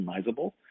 customizable